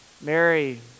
mary